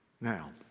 Now